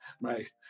right